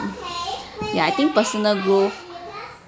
ya I think personal growth